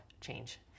change